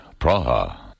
Praha